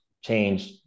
change